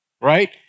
right